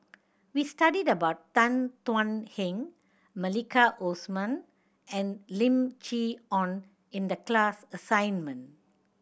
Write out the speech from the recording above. we studied about Tan Thuan Heng Maliki Osman and Lim Chee Onn in the class assignment